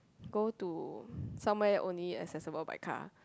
go to somewhere only accessible by car